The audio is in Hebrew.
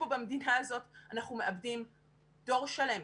במדינה הזאת אנחנו מאבדים דור שלם.